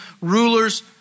rulers